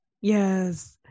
yes